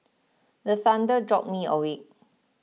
the thunder jolt me awake